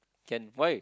can why